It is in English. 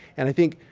and i think,